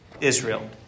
Israel